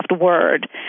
Word